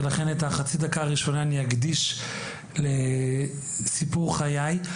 ולכן את החצי דקה הראשונה אני אקדיש לסיפור חיי.